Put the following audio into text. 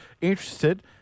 interested